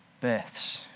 births